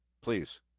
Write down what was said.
please